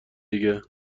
دیگه